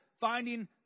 finding